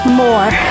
more